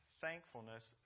thankfulness